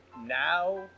Now